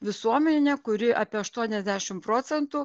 visuomenę kuri apie aštuoniasdešim procentų